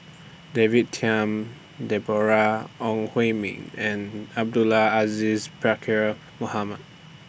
David Tham Deborah Ong Hui Min and Abdul Aziz Pakkeer Mohamed